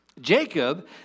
Jacob